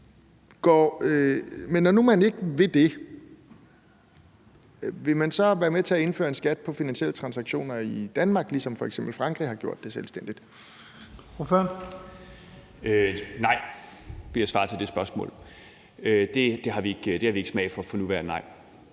nu man ikke vil det, vil man så være med til at indføre en skat på finansielle transaktioner i Danmark, ligesom f.eks. Frankrig har gjort det selvstændigt? Kl. 11:43 Første næstformand (Leif